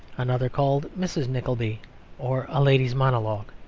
another called mrs. nickleby or a lady's monologue.